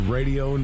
Radio